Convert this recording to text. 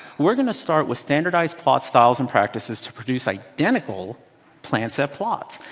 we're going to start with standardized plot styles and practices to produce identical plan set plots.